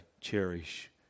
cherish